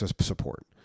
support